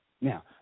Now